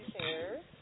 Cheers